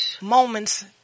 moments